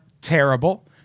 terrible